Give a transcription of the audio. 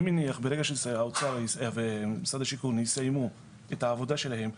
אני מניח שברגע שהאוצר ומשרד השיכון יסיימו את העבודה שלהם,